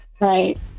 Right